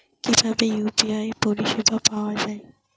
কিভাবে ইউ.পি.আই পরিসেবা পাওয়া য়ায়?